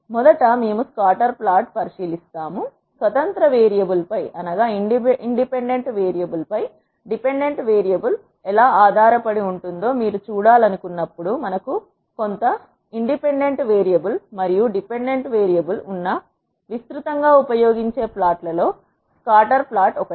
మొదట మేము స్కాటర్ ప్లాట్లు పరిశీలిస్తాము స్వతంత్ర వేరియబుల్ లేదా ఇండిపెండెంట్ వేరియబుల్ పై డిపెండెంట్ వేరియబుల్ ఎలా ఆధారపడి ఉంటుందో మీరు చూడాలనుకున్నప్పుడు మనకు కొంత స్వతంత్ర వేరియబుల్ లేదా ఇండిపెండెంట్ వేరియబుల్ మరియు డిపెండెంట్ వేరియబుల్ ఉన్న విస్తృతంగా ఉపయోగించే ప్లాట్లలో స్కాటర్ ప్లాట్ ఒకటి